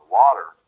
water